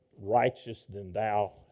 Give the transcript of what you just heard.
righteous-than-thou